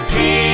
Peace